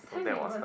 so that was a